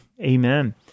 amen